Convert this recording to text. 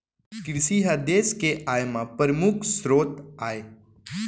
किरसी ह देस के आय म परमुख सरोत आय